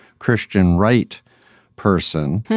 christian right person.